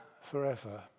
forever